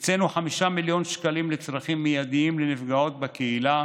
הקצינו 5 מיליון שקלים לצרכים מיידים לנפגעות בקהילה